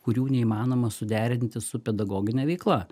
kurių neįmanoma suderinti su pedagogine veikla